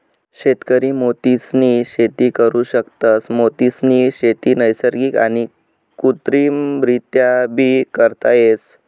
शेतकरी मोतीसनी शेती करु शकतस, मोतीसनी शेती नैसर्गिक आणि कृत्रिमरीत्याबी करता येस